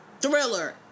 thriller